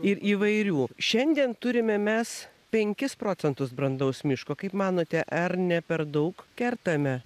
ir įvairių šiandien turime mes penkis procentus brandaus miško kaip manote ar ne per daug kertame